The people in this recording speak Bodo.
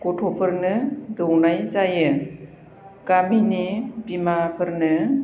गथ'फोरनो दौनाय जायो गामिनि बिमाफोरनो